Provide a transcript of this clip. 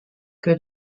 que